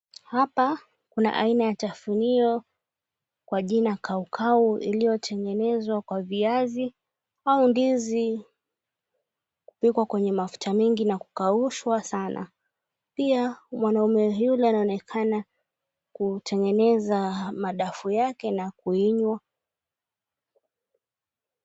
Hapa kuna aina ya tafunio kwa jina kaukau iliyotengenezwa kwa viazi au ndizi kupikwa kwenye mafuta mingi na kukaushwa sana, pia mwanaume yule anaonekana kutengeneza madafu yake na kuinywa.